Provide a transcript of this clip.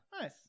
Nice